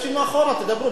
שומעים אתכם עד כאן.